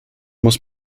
muss